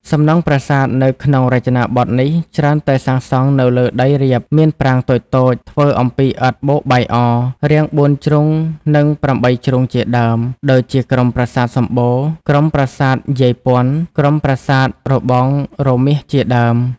សំណង់ប្រាសាទនៅក្នុងរចនាបថនេះ ច្រើនតែសាងសង់នៅលើដីរាប មានប្រាង្គតូចៗ ធ្វើអំពីឥដ្ឋបូកបាយអ រាងបួនជ្រុងនិងប្រាំបីជ្រុងជាដើម ដូចជាក្រុមប្រាសាទសំបូរ ក្រុមប្រាសាទយាយព័ន្ធ ក្រុមប្រាសាទរបងរមាសជាដើម